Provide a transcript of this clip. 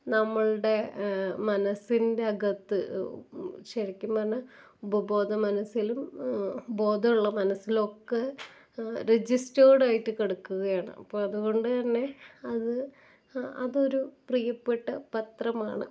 നമ്മളുടെ മനസ്സിൻ്റെ അകത്ത് ശരിക്കും പറഞ്ഞാൽ ഉപബോധ മനസ്സിലും ബോധം ഉള്ള മനസ്സിലും ഒക്കെ രജിസ്റ്റേർഡ് ആയിട്ട് കിടക്കുകയാണ് അപ്പോൾ അതുകൊണ്ടുതന്നെ അത് ആ അതൊരു പ്രിയപ്പെട്ട പത്രമാണ്